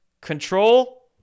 Control